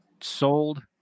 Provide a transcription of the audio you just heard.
Sold